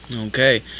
Okay